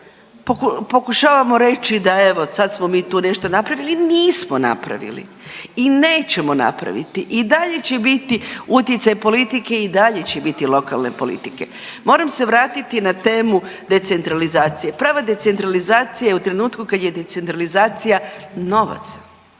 pokušavamo reći da evo sad smo mi tu nešto napravili, i nismo napravili i nećemo napraviti, i dalje će biti utjecaj politike i dalje će biti lokalne politike. Moram se vratiti na temu decentralizacije. Prava decentralizacija je u trenutku kada je decentralizacija novaca,